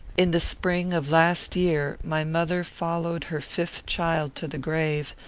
in the spring of last year my mother followed her fifth child to the grave,